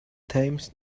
times